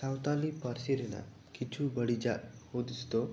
ᱥᱟᱱᱛᱟᱲᱤ ᱯᱟᱹᱨᱥᱤ ᱨᱮᱱᱟᱜ ᱠᱤᱪᱷᱩ ᱵᱟᱹᱲᱤᱡᱟᱜ ᱦᱩᱫᱤᱥ ᱫᱚ